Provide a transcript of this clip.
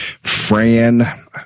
Fran